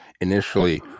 initially